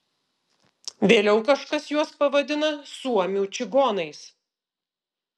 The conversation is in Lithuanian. vėliau kažkas juos pavadina suomių čigonais